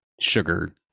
sugar